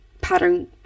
pattern